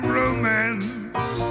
romance